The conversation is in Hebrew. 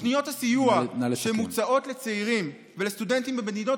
תוכניות הסיוע שמוצעות לצעירים ולסטודנטים במדינות